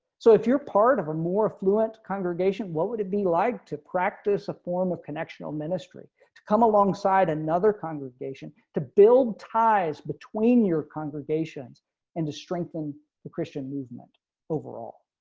so if you're part of a more fluent congregation, what would it be like to practice a form of connection or ministry to come alongside another congregation to build ties between your congregations and to strengthen the christian movement overall